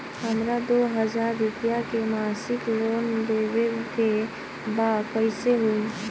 हमरा दो हज़ार रुपया के मासिक लोन लेवे के बा कइसे होई?